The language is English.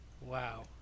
Wow